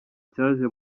cyaje